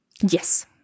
Yes